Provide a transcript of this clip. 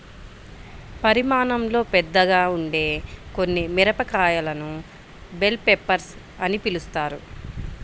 పరిమాణంలో పెద్దగా ఉండే కొన్ని మిరపకాయలను బెల్ పెప్పర్స్ అని పిలుస్తారు